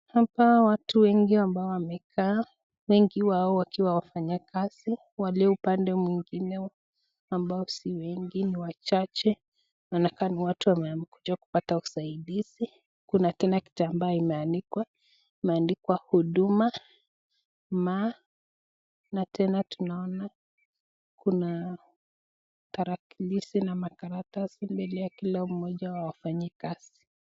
Hapa watu wengi ambao wamekaa, wengi wao wakiwa wafanyikazi. Walio upande mwingine ambao si wengi ni wachache, inaonekana ni watu wamekuja kupata usaidizi. Kuna tena kitambaa imeandikwa Huduma. Na tena tunaona kuna tarakilishi na makaratasi mbele ya kila mmoja wa wafanyikazi.